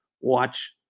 watch